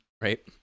Right